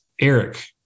Eric